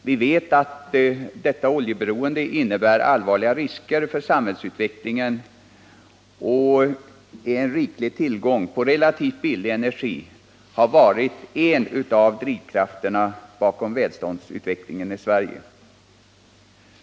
Vi vet att detta oljeberoende innebär allvarliga risker för samhällsutvecklingen och att en riklig tillgång till relativt billig energi har varit en av drivkrafterna bakom välståndsutvecklingen i Sverige.